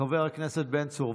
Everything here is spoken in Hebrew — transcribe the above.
חבר הכנסת בן צור,